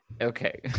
Okay